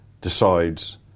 decides